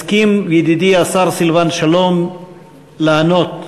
ידידי השר סילבן שלום הסכים לענות.